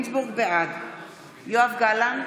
בעד יואב גלנט,